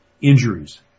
injuries